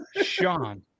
Sean